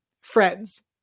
Friends